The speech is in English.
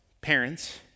Parents